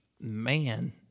man